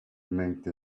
make